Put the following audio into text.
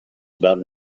about